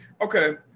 Okay